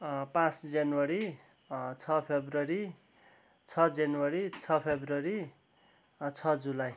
पाँच जनवरी छ फरवरी छ जनवरी छ फरवरी छ जुलाई